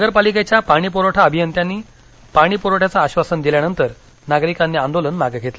नगरपालिकेच्या पाणीपुरवठा अभियंत्यांनी पाणीपुरवठ्याचं आश्वासन दिल्यानंतर नागरिकांनी आंदोलन मागे घेतलं